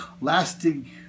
lasting